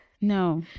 no